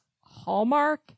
hallmark